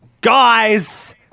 Guys